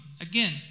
again